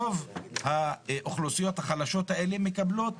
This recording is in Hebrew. רוב האוכלוסיות החלשות האלה מקבלות